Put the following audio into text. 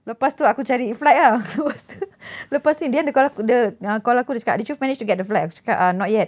lepas tu aku cari flight ah lepas tu lepas tu dia call aku dia cakap did you manage to get the flight aku cakap uh not yet